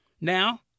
Now